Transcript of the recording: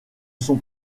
sont